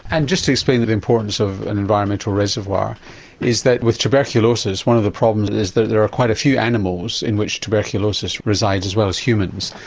and just to explain the importance of an environmental reservoir is that with tuberculosis one of the problems is that there are quite a few animals in which tuberculosis resides as well as humans.